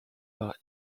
par